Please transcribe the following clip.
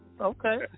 okay